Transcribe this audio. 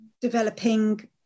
developing